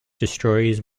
destroys